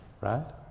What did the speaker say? right